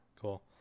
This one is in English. cool